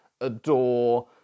Adore